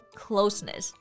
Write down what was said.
closeness